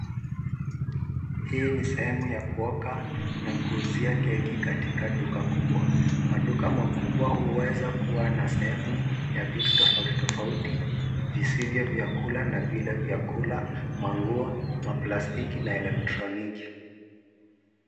Hii ni sehemu ya kuoaka na kuuzia keki katika duka kubwa. Maduka makubwa huweza kuwa na sehemu ya vitu tofauti tofauti visivyo vya kula na vile vya kula, manguo, maplastiki na elektroniki.